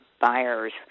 buyers